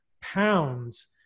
pounds